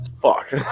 Fuck